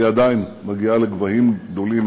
והיא עדיין מגיעה לגבהים גדולים